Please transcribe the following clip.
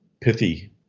pithy